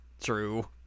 True